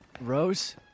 Rose